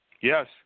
Yes